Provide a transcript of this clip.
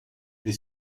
mais